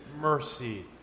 mercy